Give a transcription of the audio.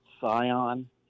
Scion